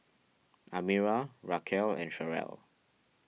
Amira Racquel and Cherelle